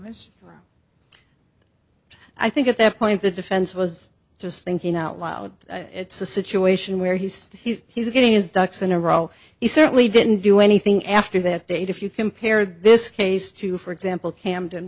as i think at that point the defense was just thinking out loud it's a situation where he's he's he's getting his ducks in a row he certainly didn't do anything after that date if you compare this case to for example camden